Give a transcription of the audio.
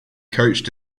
coached